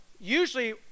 usually